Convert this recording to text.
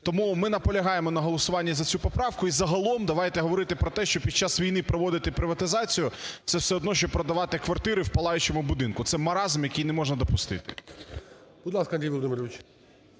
Тому ми наполягаємо на голосуванні за цю поправку. І загалом давайте говорити про те, що під час війни проводити приватизацію, це все одно що продавати квартири в палаючому будинку. Це маразм, який не можна допустити.